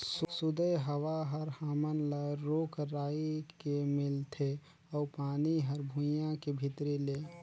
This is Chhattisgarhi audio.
सुदय हवा हर हमन ल रूख राई के मिलथे अउ पानी हर भुइयां के भीतरी ले